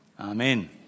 Amen